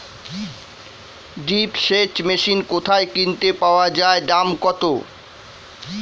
Drip সেচ machine কোথায় কিনতে পাওয়া যায় দাম কত?